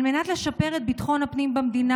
על מנת לשפר את ביטחון הפנים במדינה,